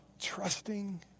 trusting